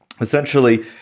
essentially